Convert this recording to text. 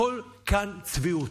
הכול כאן צביעות.